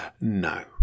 No